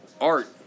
art